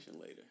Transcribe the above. later